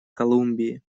колумбии